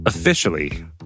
Officially